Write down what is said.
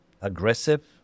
aggressive